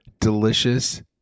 delicious